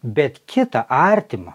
bet kitą artimą